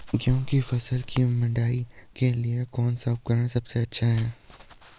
गेहूँ की फसल की मड़ाई के लिए कौन सा उपकरण सबसे अच्छा है?